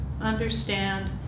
understand